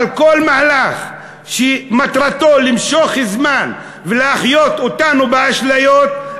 אבל כל מהלך שמטרתו למשוך זמן ולהחיות אותנו באשליות,